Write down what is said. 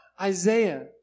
Isaiah